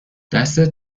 دستت